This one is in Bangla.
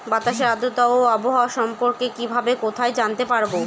বাতাসের আর্দ্রতা ও আবহাওয়া সম্পর্কে কিভাবে কোথায় জানতে পারবো?